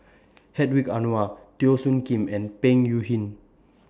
Hedwig Anuar Teo Soon Kim and Peng Yuyun